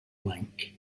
blank